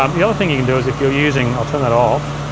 um the other thing you can do is if you're using, i'll turn that off,